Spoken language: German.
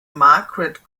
margaret